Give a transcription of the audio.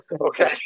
Okay